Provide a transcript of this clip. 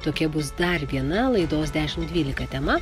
tokia bus dar viena laidos dešimt dvylika tema